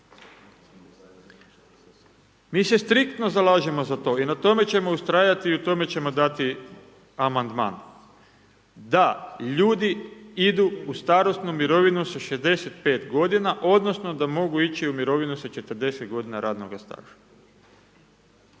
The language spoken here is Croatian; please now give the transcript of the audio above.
Mi se striktno zalažemo za to i na tome ćemo ustrajati i tome ćemo dati amandman. Da ljudi idu u starosnu mirovinu sa 65 g. odnosno, da mogu ići u mirovinu sa 40 g. radnoga staža.